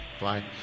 Bye